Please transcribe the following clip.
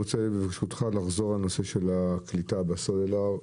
ברשותך אני רוצה לחזור לנושא של הקליטה בסלולר.